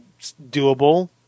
doable